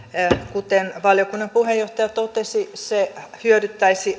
kuten valiokunnan puheenjohtaja totesi se hyödyttäisi